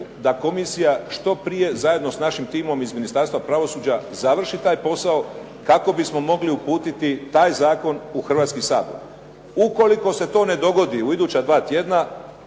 da komisija što prije zajedno s našim timom iz Ministarstva pravosuđa završi taj posao kako bismo mogli uputiti taj zakon u Hrvatski sabor. Ukoliko se to ne dogodi u iduća dva tjedna